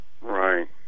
Right